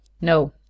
No